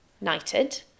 knighted